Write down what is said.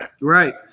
Right